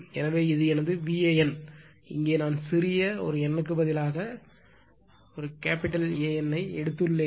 எனவே இது எனது VAN இங்கே நான் சிறிய ஒரு n க்கு பதிலாக A N ஐ எடுத்துள்ளேன்